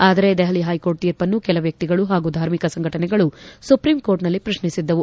ಆದರೆ ದೆಹಲಿ ಹೈಕೋರ್ಟ್ ತೀರ್ಪನ್ನು ಕೆಲ ವ್ಯಕ್ತಿಗಳು ಹಾಗೂ ಧಾರ್ಮಿಕ ಸಂಘಟನೆಗಳು ಸುಪ್ರೀಂ ಕೋರ್ಟ್ನಲ್ಲಿ ಪ್ರಶ್ನಿಸಿದ್ದವು